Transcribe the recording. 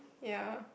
ya